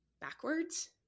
backwards